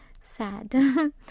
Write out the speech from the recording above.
sad